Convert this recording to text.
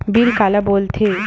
Bill काला बोल थे?